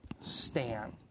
stand